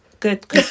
good